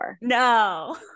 No